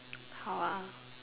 how ah